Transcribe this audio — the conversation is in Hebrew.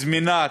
זמינה,